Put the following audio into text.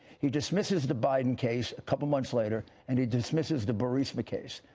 he dismisses the biden case a couple of months later, and he dismisses the burisma case.